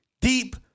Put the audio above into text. deep